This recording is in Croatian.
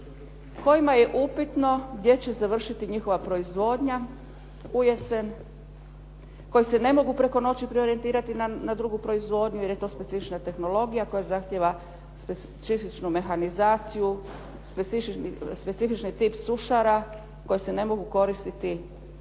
kojima je upitno gdje će završiti njihova proizvodnja u jesen, koji se ne mogu preko noći preorijentirati na drugu proizvodnju jer je to specifična tehnologija koja zahtjeva specifičnu mehanizaciju, specifični tip sušara koje se ne mogu koristiti za